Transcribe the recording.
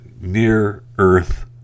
near-earth